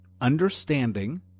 understanding